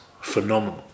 phenomenal